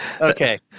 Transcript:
okay